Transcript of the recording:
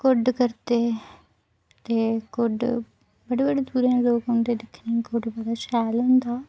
कुड्ड करदे ते कुड्ड बड़े बडे दूरा लोक औंदे दिक्खने ई ते कुड्ड बड़ा शैल होंदा